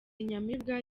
inyamibwa